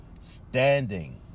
Standing